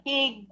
Pig